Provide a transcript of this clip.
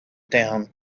down